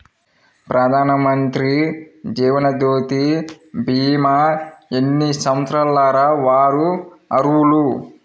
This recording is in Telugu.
ప్రధానమంత్రి జీవనజ్యోతి భీమా ఎన్ని సంవత్సరాల వారు అర్హులు?